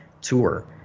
tour